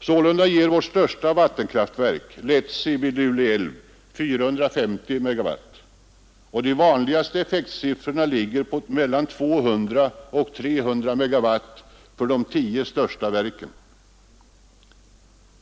Sålunda ger vårt största vattenkraftverk — Letsi vid Lule älv — 450 MW och de vanligaste effektsiffrorna ligger på 200-300 MW för de tio största verken.